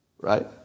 right